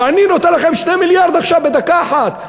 אבל אני נותן לכם 2 מיליארד עכשיו, בדקה אחת.